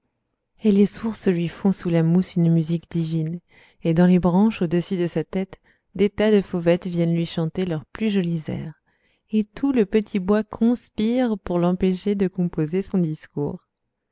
et les sources lui font sous la mousse une musique divine et dans les branches au-dessus de sa tête des tas de fauvettes viennent lui chanter leurs plus jolis airs et tout le petit bois conspire pour l'empêcher de composer son discours